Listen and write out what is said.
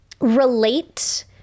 relate